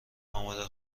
آماده